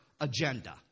agenda